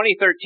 2013